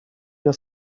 your